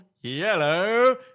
yellow